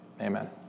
Amen